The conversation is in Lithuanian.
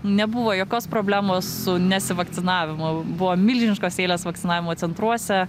nebuvo jokios problemos su nesivakcinavimu buvo milžiniškos eilės vakcinavimo centruose